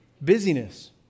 Busyness